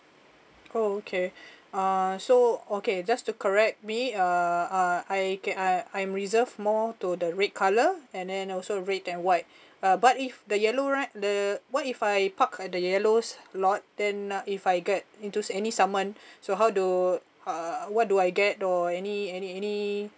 oh okay uh so okay just to correct me uh uh I can I I I'm reserve more to the red colour and then also red and white uh but if the yellow right the what if I park at the yellows lot then uh if I get into any someone so how do uh what do I get or any any any